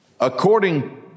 According